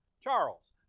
Charles